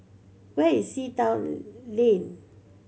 where is Sea Town Lane